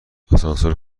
آسانسور